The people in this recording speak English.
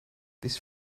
this